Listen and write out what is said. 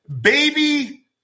baby